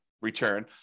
return